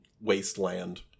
wasteland